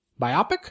Biopic